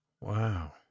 Wow